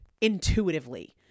intuitively